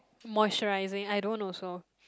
moisturising I don't also